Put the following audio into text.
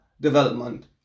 development